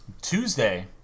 Tuesday